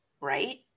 right